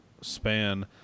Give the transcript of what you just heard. span